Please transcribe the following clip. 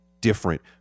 different